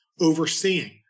overseeing